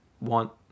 want